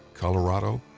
colorado,